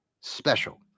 special